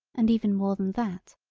and even more than that,